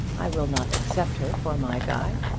i will not accept her for my guide.